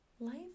life